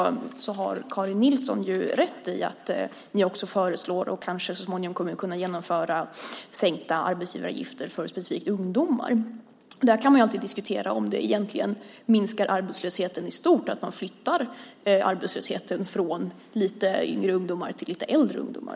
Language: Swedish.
Däremot har Karin Nilsson rätt i att ni också föreslår och kanske så småningom kommer att kunna genomföra sänkta arbetsgivaravgifter just för ungdomar. Man kan förstås alltid diskutera om arbetslösheten i stort egentligen minskar när man flyttar arbetslösheten från lite yngre ungdomar till lite äldre ungdomar.